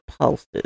pulses